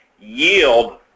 yield